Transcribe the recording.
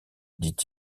dit